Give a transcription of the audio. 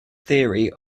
theory